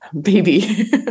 baby